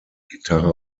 gitarre